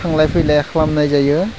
थांलाय फैलाय खालामनाय जायो